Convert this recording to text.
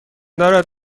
دارد